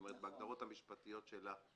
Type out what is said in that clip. כלומר בהגדרות המשפטיות שלה.